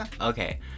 okay